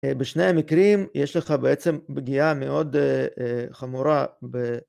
בשני המקרים יש לך בעצם פגיעה מאוד חמורה